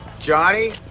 Johnny